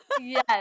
Yes